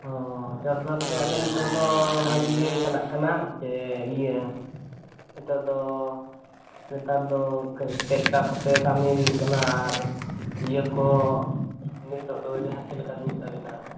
ᱚᱻ ᱪᱟᱥ ᱵᱟᱥ ᱨᱮᱭᱟᱜ ᱫᱚ ᱱᱤᱛᱚᱜ ᱫᱚ ᱵᱷᱟᱹᱜᱤ ᱜᱮ ᱪᱟᱞᱟᱜ ᱠᱟᱱᱟ ᱥᱮ ᱤᱭᱟᱹ ᱱᱤᱛᱚᱜ ᱫᱚ ᱱᱮᱛᱟᱨ ᱫᱚ ᱠᱟᱹᱡᱽ ᱴᱮᱠᱴᱟᱨ ᱠᱚᱛᱮ ᱠᱟᱹᱢᱤ ᱦᱩᱭᱩᱜ ᱠᱟᱱᱟ ᱟᱨ ᱤᱭᱟᱹ ᱠᱚ ᱱᱤᱛᱚᱜ ᱫᱚ ᱡᱟᱦᱟᱸ ᱪᱮᱫ ᱞᱮᱠᱟᱞᱤᱧ ᱢᱮᱛᱟᱵᱮᱱᱟ